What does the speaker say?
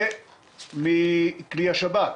זה מכלי השב"כ?